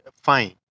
fine